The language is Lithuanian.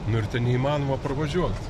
nu ir ten neįmanoma pravažiuot